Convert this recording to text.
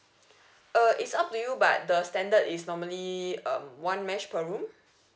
uh it's up to you but the standard is normally um one mesh per room